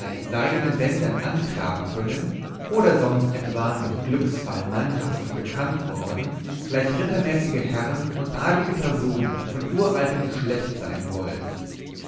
seidenen bändern antragen können oder sonst etwan durch glücksfall mannhaft und bekannt worden gleich rittermäßige herren und adlige personen von uraltem geschlecht sein wollen